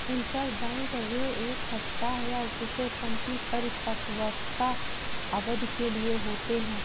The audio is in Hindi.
इंटरबैंक ऋण एक सप्ताह या उससे कम की परिपक्वता अवधि के लिए होते हैं